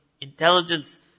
intelligence